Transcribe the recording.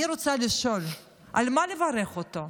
אני רוצה לשאול: על מה לברך אותו?